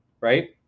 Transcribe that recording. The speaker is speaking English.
right